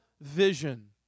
vision